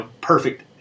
perfect